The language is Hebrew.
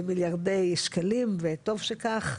מיליארדי שקלים וטוב שכך,